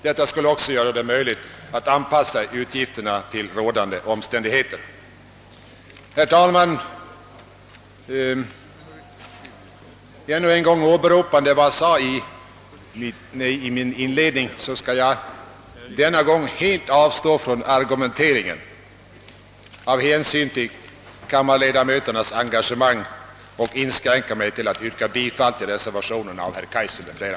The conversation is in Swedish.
Detta skulle också göra det möjligt att anpassa utgifterna till rådande omständigheter. Herr talman! Ännu en gång åberopande vad jag sade i min inledning skall jag av hänsyn till kammarledamöternas engagemang denna gång helt avstå från argumentering och inskränka mig till att yrka bifall till reservationen av herr Kaijser m.fl.